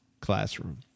classroom